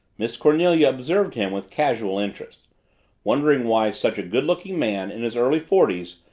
miss cornelia observed him with casual interest wondering why such a good-looking man, in his early forties,